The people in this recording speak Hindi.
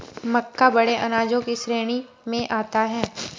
मक्का बड़े अनाजों की श्रेणी में आता है